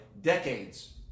decades